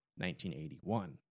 1981